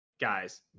guys